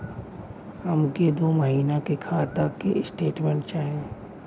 हमके दो महीना के खाता के स्टेटमेंट चाही?